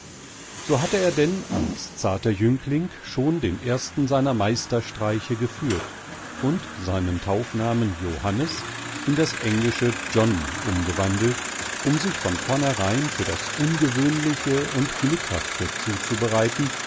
so hatte er denn als zarter jüngling schon den ersten seiner meisterstreiche geführt und seinen taufnamen johannes in das englische john umgewandelt um sich von vornherein für das ungewöhnliche und glückhafte zuzubereiten